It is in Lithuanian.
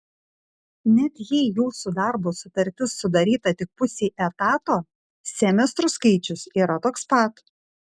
net jei jūsų darbo sutartis sudaryta tik pusei etato semestrų skaičius yra toks pat